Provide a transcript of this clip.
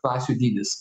klasių dydis